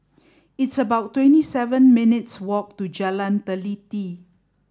it's about twenty seven minutes' walk to Jalan Teliti